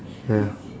ya